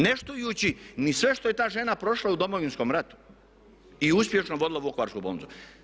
Ne štujući ni sve što je ta žena prošla u Domovinskom ratu i uspješno vodila Vukovarsku bolnicu.